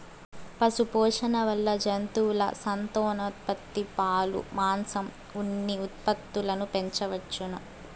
పశుపోషణ వల్ల జంతువుల సంతానోత్పత్తి, పాలు, మాంసం, ఉన్ని ఉత్పత్తులను పెంచవచ్చును